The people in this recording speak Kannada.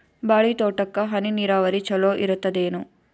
ಬಾಳಿ ತೋಟಕ್ಕ ಹನಿ ನೀರಾವರಿ ಚಲೋ ಇರತದೇನು?